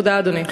תודה, אדוני.